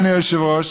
אדוני היושב-ראש,